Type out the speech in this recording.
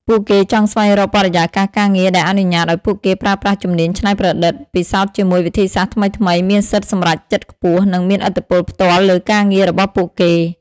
ពួកគេចង់ស្វែងរកបរិយាកាសការងារដែលអនុញ្ញាតឱ្យពួកគេប្រើប្រាស់ជំនាញច្នៃប្រឌិត ពិសោធន៍ជាមួយវិធីសាស្រ្តថ្មីៗ មានសិទ្ធិសម្រេចចិត្តខ្ពស់ និងមានឥទ្ធិពលផ្ទាល់លើការងាររបស់ពួកគេ។